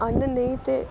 अन्न नेईं ते